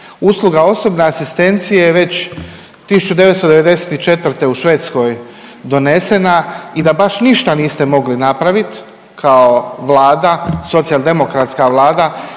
Usluga osobne asistencije je već 1994. u Švedskoj donesena i da baš ništa niste mogli napraviti kao vlada, socijaldemokratska vlada